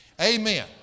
Amen